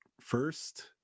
first